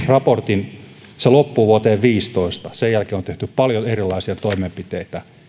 raportti loppuu vuoteen viisitoista sen jälkeen on tehty paljon erilaisia toimenpiteitä